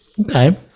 Okay